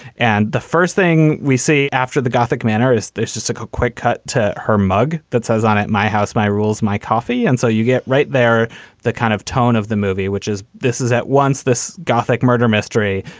and the first thing we see after the gothic manor is this just took a quick cut to her mug that says on it, my house, my rules, my coffee. and so you get right there the kind of tone of the movie, which is this is at once this gothic murder mystery.